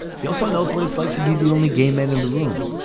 he also knows what it's like to be the only gay man in the room,